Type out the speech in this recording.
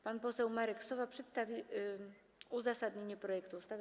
Pan poseł Marek Sowa przedstawi uzasadnienie projektu ustawy.